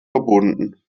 verbunden